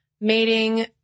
mating